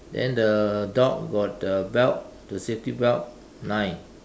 then the dog got the belt the safety belt nine